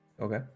Okay